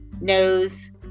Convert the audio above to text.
nose